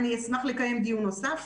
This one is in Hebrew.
אשמח לקיים דיון נוסף.